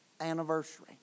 anniversary